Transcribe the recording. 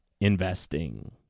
investing